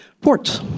ports